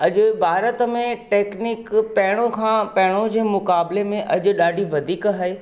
अॼु भारत में टेकनीक पहिरियों खां पहिरियों जे मुक़ाबले में अॼु ॾाढी वधीक आहे